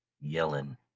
yelling